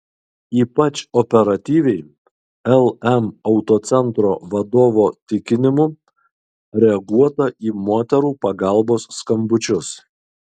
ypač operatyviai lm autocentro vadovo tikinimu reaguota į moterų pagalbos skambučius